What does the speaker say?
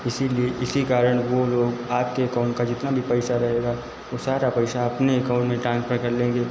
इसीलिए इसी कारण वो लोग आपके एकाउन्ट का जितना भी पैसा रहेगा वह सारा पैसा अपने एकाउन्ट में ट्रांसफर कर लेंगे